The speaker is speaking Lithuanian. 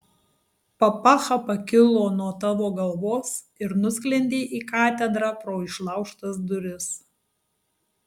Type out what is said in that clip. papacha pakilo nuo tavo galvos ir nusklendė į katedrą pro išlaužtas duris